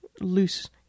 loose